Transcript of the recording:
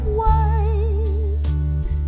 white